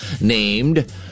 named